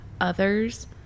others